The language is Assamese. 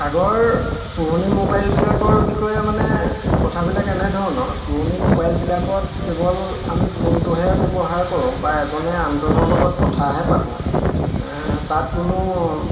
আগৰ পুৰণি মোবাইলবিলাকৰ বিষয়ে মানে কথাবিলাক এনেধৰণৰ পুৰণি মোবাইলবিলাকত কেৱল আমি ফোনটোহে ব্যৱহাৰ কৰোঁ বা এজনে আনজনৰ লগত কথাহে পাতোঁ তাত কোনো